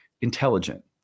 intelligent